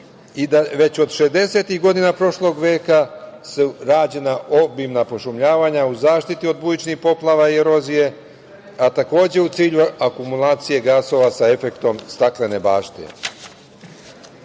šezdesetih godina prošlog veka su rađena obimna pošumljavanja u zaštiti od bujičnih poplava i erozije, a takođe u cilju akumulacije gasova sa efektom staklene bašte.